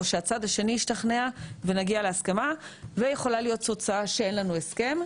או שהצד השני ישתכנע ונגיע להסכמה ויכולה להיות תוצאה שאין לנו הסכם.